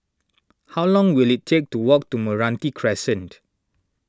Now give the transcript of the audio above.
how long will it take to walk to Meranti Crescent